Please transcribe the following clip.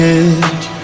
edge